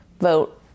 vote